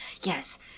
yes